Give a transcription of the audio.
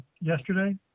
yesterday